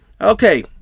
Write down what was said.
Okay